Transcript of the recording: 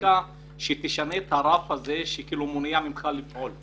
חקיקה שתשנה את הרף הזה שמונע ממך לפעול.